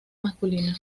masculina